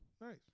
Nice